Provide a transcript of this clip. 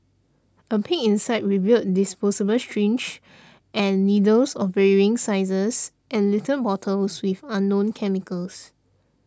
a peek inside revealed disposable syringes and needles of varying sizes and little bottles with unknown chemicals